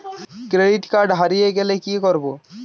Credit card হারিয়ে গেলে কি করব?